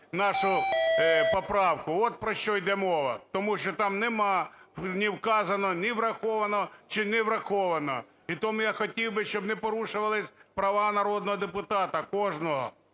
нашу поправку, от про що йде мова. Тому що там нема, не вказано ні "враховано" чи "не враховано". І тому я хотів би, щоб не порушувались права народного депутата кожного.